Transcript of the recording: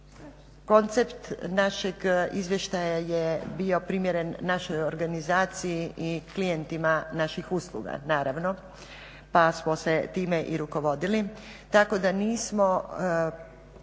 Koncept našeg izvještaja je bio primjeren našoj organizaciji i klijentima naših usluga, naravno pa smo se time i rukovodili tako da nismo,